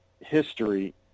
history